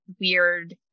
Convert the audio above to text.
weird